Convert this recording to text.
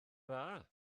dda